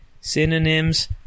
Synonyms